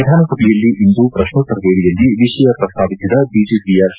ವಿಧಾನಸಭೆಯಲ್ಲಿಂದು ಪ್ರಶ್ನೋತ್ತರ ವೇಳೆಯಲ್ಲಿ ವಿಷಯ ಪ್ರಸ್ತಾಪಿಸಿದ ಬಿಜೆಪಿಯ ಕೆ